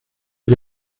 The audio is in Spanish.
que